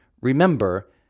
remember